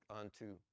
unto